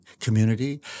community